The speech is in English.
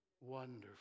wonderful